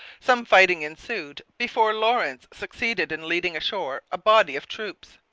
some fighting ensued before lawrence succeeded in leading ashore a body of troops.